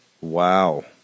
Wow